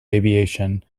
aviation